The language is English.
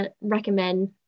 recommend